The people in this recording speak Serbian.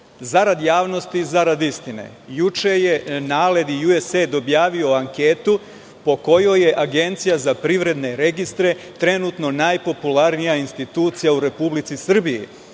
Zarad javnosti i zarad istine, juče je NALED i USAID objavio anketu po kojoj je Agencija za privredne registre trenutno najpopularnija institucija u Republici Srbiji,